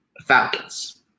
Falcons